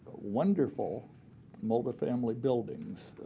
wonderful multifamily buildings.